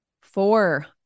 Four